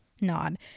nod